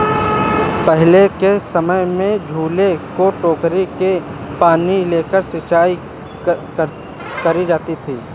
पहले के समय में झूले की टोकरी से पानी लेके सिंचाई करी जाती थी